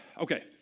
okay